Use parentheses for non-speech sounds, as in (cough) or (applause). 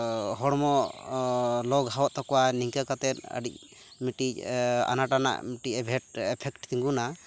ᱦᱚᱲᱢᱚ ᱞᱚ ᱜᱷᱟᱣᱚᱜ ᱛᱟᱠᱚᱣᱟ ᱱᱤᱝᱠᱟ ᱠᱟᱛᱮ ᱟᱹᱰᱤ ᱢᱤᱫᱴᱤᱡ ᱟᱱᱟᱴ ᱟᱱᱟᱜ ᱢᱤᱫᱴᱤᱡ (unintelligible) ᱮᱯᱷᱮᱠ ᱛᱤᱸᱜᱩᱱᱟ